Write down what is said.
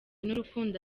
n’urukundo